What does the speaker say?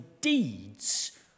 deeds